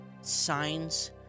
signs